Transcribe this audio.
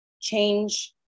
change